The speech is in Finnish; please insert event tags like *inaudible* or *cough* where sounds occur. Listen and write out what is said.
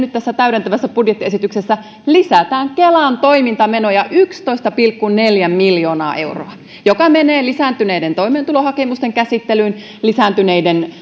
nyt tässä täydentävässä budjettiesityksessä lisätään kelan toimintamenoja yksitoista pilkku neljä miljoonaa euroa mikä menee lisääntyneiden toimeentulohakemusten käsittelyyn lisääntyneiden *unintelligible*